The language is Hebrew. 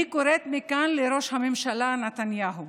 אני קוראת מכאן לראש הממשלה נתניהו: